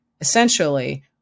essentially